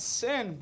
sin